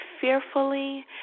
fearfully